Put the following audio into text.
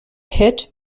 hit